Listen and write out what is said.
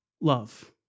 love